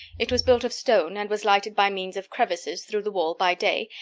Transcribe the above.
it was built of stone, and was lighted by means of crevices through the wall by day,